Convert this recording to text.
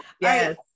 Yes